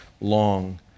long